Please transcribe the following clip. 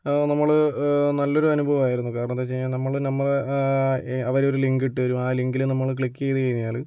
നമ്മള് നല്ലൊരു അനുഭവം ആയിരുന്നു കാരണമെന്ന് വെച്ച് കഴിഞ്ഞാൽ നമ്മള് നമ്മളെ അവർ ഒരു ലിങ്ക് ഇട്ടുതരും ആ ലിങ്കില് നമ്മള് ക്ലിക്ക് ചെയ്ത് കഴിഞ്ഞാല്